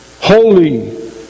holy